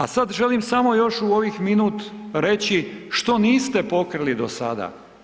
A sad želim samo još u ovih minut reći što niste pokrili do sada.